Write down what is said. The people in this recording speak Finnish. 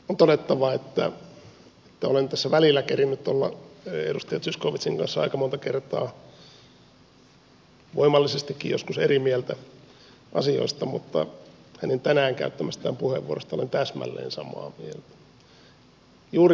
on todettava että olen tässä välillä kerinnyt olla edustaja zyskowiczin kanssa aika monta kertaa voimallisestikin joskus eri mieltä asioista mutta hänen tänään käyttämästään puheenvuorosta olen täsmälleen samaa mieltä